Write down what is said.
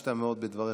וריגשת מאוד בדבריך.